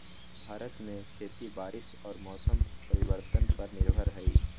भारत में खेती बारिश और मौसम परिवर्तन पर निर्भर हई